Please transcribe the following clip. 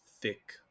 thick